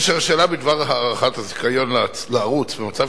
והשאלה בדבר הארכת הזיכיון לערוץ במצב